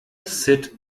sit